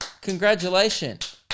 Congratulations